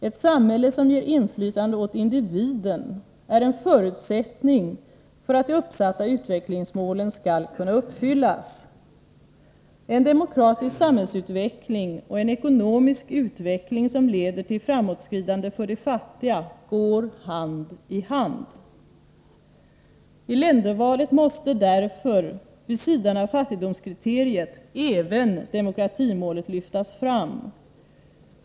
Ett samhälle som ger inflytande åt individen är en förutsättning för att de uppsatta utvecklingsmålen skall kunna uppfyllas. En demokratisk samhällsutveckling och en ekonomisk utveckling som leder till framåtskridande för de fattiga går hand i hand. Tländervalet måste därför, vid sidan av fattigdomskriteriet, även demokratimålet lyftas fram.